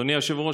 אדוני היושב-ראש,